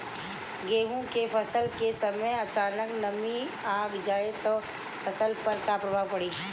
गेहुँ के फसल के समय अचानक गर्मी आ जाई त फसल पर का प्रभाव पड़ी?